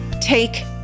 take